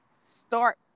start